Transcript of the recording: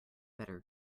better